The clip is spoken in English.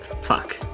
Fuck